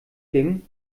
ging